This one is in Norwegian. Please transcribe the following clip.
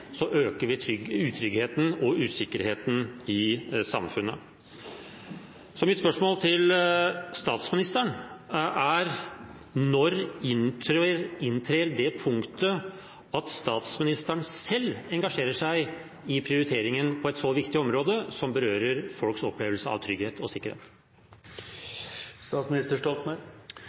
øker vi utryggheten og usikkerheten i samfunnet. Mitt spørsmål til statsministeren er: Når inntrer det punktet at statsministeren selv engasjerer seg i prioriteringen på et så viktig område som berører folks opplevelse av trygghet og sikkerhet?